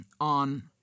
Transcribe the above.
on